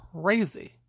crazy